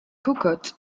cocotte